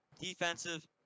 Defensive